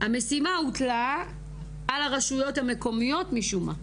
המשימה הוטלה על הרשויות המקומיות משום מה,